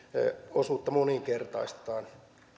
osuutta moninkertaistetaan